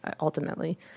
ultimately